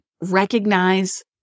recognize